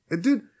Dude